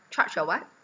charge your what